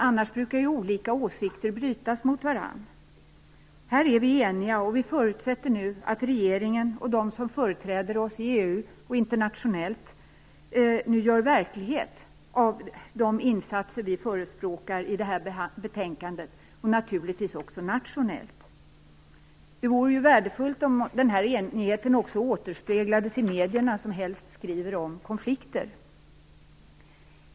Annars brukar ju olika åsikter brytas mot varandra. Här är vi alltså eniga, och vi förutsätter att regeringen och de som företräder oss i EU och internationellt nu gör verklighet av de insatser som förespråkas i det här betänkandet och naturligtvis också nationellt. Det vore värdefullt om denna enighet även återspeglades i medierna, som ju helst skriver om konflikter.